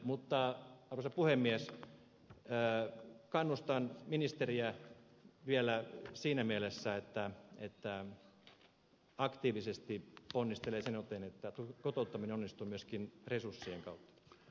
mutta arvoisa puhemies kannustan ministeriä vielä siinä mielessä että hän aktiivisesti ponnistelee sen eteen että kotouttaminen onnistuu myöskin resurssien kautta